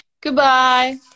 goodbye